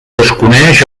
desconeix